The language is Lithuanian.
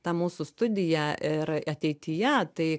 ta mūsų studija ir ateityje tai